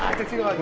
can feel